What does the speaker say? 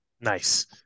Nice